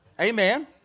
amen